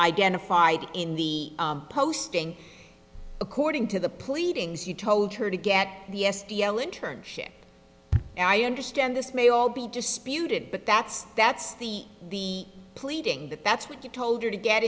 identified in the posting according to the pleadings you told her to get the s d l internship i understand this may all be disputed but that's that's the the pleading that that's what you told her to get